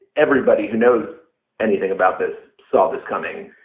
everybody who knows anything about this saw this coming.